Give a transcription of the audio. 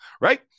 right